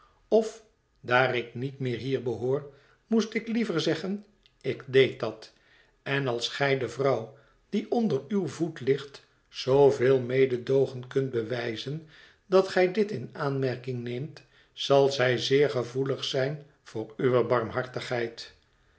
of daar ik niet meer hier behoor moest ik liever zeggen ik deed dat en als gij de vrouw die onder uw voet ligt zooveel mededoogen kunt bewijzen dat gij dit in aanmerking neemt zal zij zeer gevoelig zijn voor uwe barmhartigheid